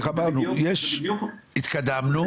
איך אמרנו: התקדמנו,